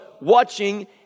watching